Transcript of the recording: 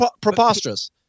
preposterous